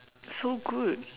so good